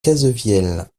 cazevieille